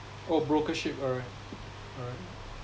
oh brokership alright alright